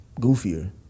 goofier